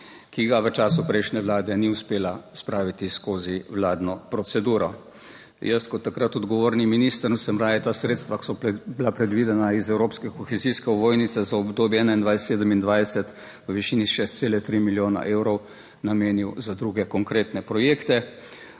ki ga v času prejšnje Vlade ni uspela spraviti skozi vladno proceduro. Jaz, kot takrat odgovorni minister sem raje ta sredstva, ki so bila predvidena iz evropske kohezijske ovojnice za obdobje 2021-2027 v višini 6,3 milijone evrov namenil za druge konkretne projekte.